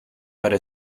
para